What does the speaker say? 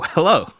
Hello